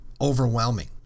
overwhelming